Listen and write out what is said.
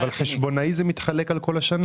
אבל חשבונאית זה נפרש על פני כל השנה.